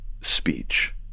speech